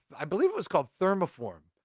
i believe it was called thermo form.